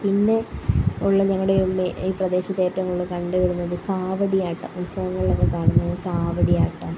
പിന്നെ ഉള്ള ഞങ്ങളുടെ ഉള്ള ഈ പ്രദേശത്തേറ്റവും കൂടുതല് കണ്ട് വരുന്നത് കാവടിയാട്ടം ഉത്സവങ്ങളിലൊക്കെ കാണുന്ന കാവടിയാട്ടം